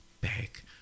back